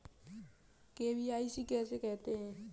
KYC किसे कहते हैं?